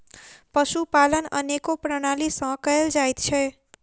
पशुपालन अनेको प्रणाली सॅ कयल जाइत छै